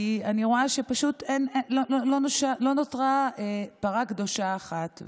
כי אני רואה שלא נותרה פרה קדושה אחת.